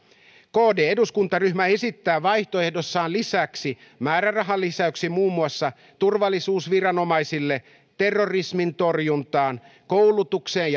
kd eduskuntaryhmä esittää vaihtoehdossaan lisäksi määrärahalisäyksiä muun muassa turvallisuusviranomaisille terrorismin torjuntaan koulutukseen